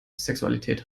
sexualität